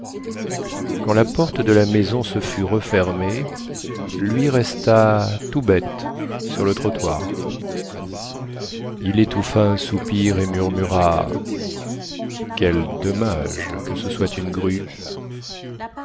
quand la porte de la maison se fut refermée lui resta tout bête sur le trottoir il étouffa un soupir et murmura quel dommage que ce soit une grue